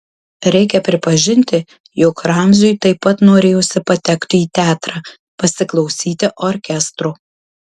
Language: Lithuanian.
reikia pripažinti jog ramziui taip pat norėjosi patekti į teatrą pasiklausyti orkestro